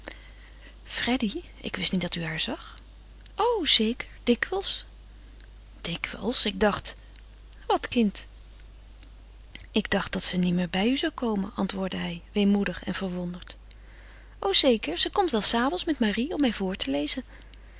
freddy ik wist niet dat u haar zag o zeker dikwijls dikwijls ik dacht wat kind ik dacht dat ze niet meer bij u zou komen antwoordde hij weemoedig en verwonderd o zeker ze komt wel s avonds met marie om mij voor te lezen